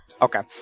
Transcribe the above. Okay